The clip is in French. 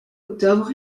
octobre